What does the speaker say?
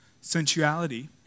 Sensuality